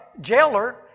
jailer